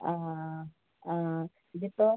ആ ആ ഇത് ഇപ്പോൾ